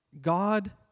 God